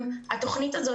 התוכנית הזאת,